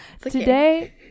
Today